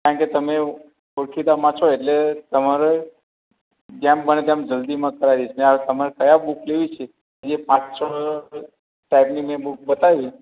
કારણ કે તમે ઓળખીતામાં છો એટલે તમારે જેમ બને તેમ જલ્દીમાં કરાવી દઈશ ત્યાં તમારે કયા બુક લેવી છે એ પાંચ છ ટાઈપની મેં બુક બતાવી